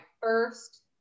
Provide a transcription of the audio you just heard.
first